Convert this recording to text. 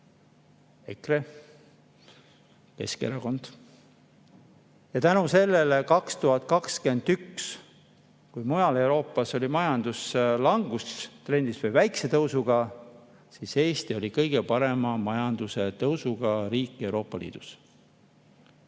ja Keskerakond. Ja tänu sellele 2021, kui mujal Euroopas oli majandus langustrendis või väikese tõusuga, oli Eesti kõige suurema majandustõusuga riik Euroopa Liidus,